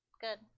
good